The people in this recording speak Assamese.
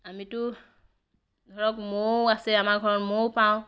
আমিতো ধৰক মৌ আছে আমাৰ ঘৰত মৌ পাওঁ